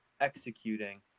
executing